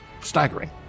staggering